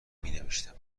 مینوشتم